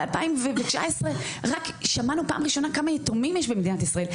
ב-2019 רק שמענו פעם ראשונה כמה יתומים יש במדינת ישראל.